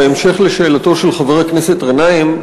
בהמשך לשאלתו של חבר הכנסת גנאים,